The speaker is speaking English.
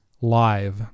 live